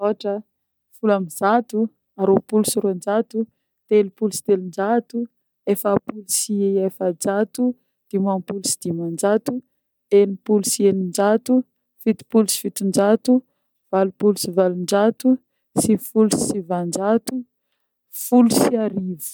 ôtra, folo ambizato, rôpolo sy roanjato, telonjato sy telonjato, efapolo sy efajato, dimampolo sy dimanjato, enimpolo sy eninjato, fitopolo sy fitonjato, valopolo sy valonjato, sivifolo sy sivinjato, folo sy arivo